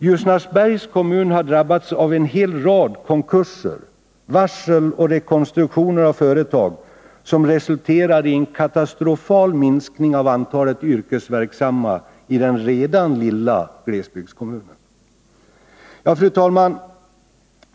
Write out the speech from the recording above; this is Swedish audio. Ljusnarsbergs kommun har drabbats av en hel rad konkurser, varsel och rekonstruktioner av företag som resulterar i en katastrofal minskning av antalet yrkesverksamma i den redan lilla glesbygdskommunen. Fru talman!